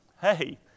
Hey